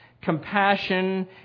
compassion